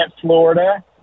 Florida